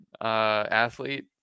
athlete